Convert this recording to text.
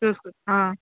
చూసి